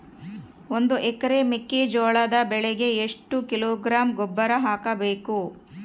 ಒಂದು ಎಕರೆ ಮೆಕ್ಕೆಜೋಳದ ಬೆಳೆಗೆ ಎಷ್ಟು ಕಿಲೋಗ್ರಾಂ ಗೊಬ್ಬರ ಹಾಕಬೇಕು?